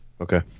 Okay